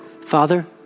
Father